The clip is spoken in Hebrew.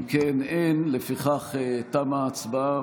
אם כך, אין, ולפיכך, תמה ההצבעה.